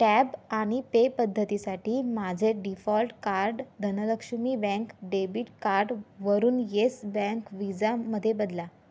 tap आणि pay पद्धतीसाठी माझे default card Dhanlaxmi bank debit कार्डवरून येस बँक विजामध्ये बदला